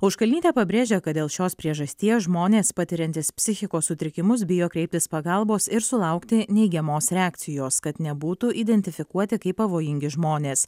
auškalnytė pabrėžia kad dėl šios priežasties žmonės patiriantys psichikos sutrikimus bijo kreiptis pagalbos ir sulaukti neigiamos reakcijos kad nebūtų identifikuoti kaip pavojingi žmonės